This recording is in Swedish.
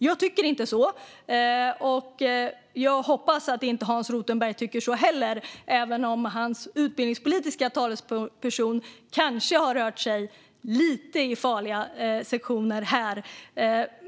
Jag tycker inte så, och jag hoppas att Hans Rothenberg inte heller tycker så - även om hans utbildningspolitiska talesperson kanske har rört sig lite i farliga sektioner här.